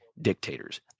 dictators